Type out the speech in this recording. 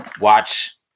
watch